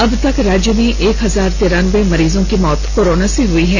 अब तक राज्य में एक हजार तिरानबे मरीज की मौत कोरोना से हई हैं